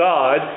God